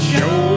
Show